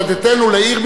לעיר בירתנו,